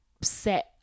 set